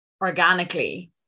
organically